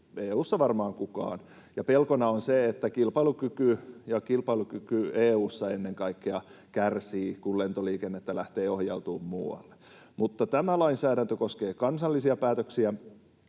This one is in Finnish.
EU:ssa varmaan kukaan. Ja pelkona on se, että kilpailukyky — ja ennen kaikkea kilpailukyky EU:ssa — kärsii, kun lentoliikennettä lähtee ohjautumaan muualle. Mutta tämä lainsäädäntö koskee kansallisia päätöksiä,